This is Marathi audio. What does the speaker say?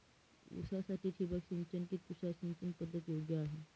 ऊसासाठी ठिबक सिंचन कि तुषार सिंचन पद्धत योग्य आहे?